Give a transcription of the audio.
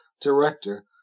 director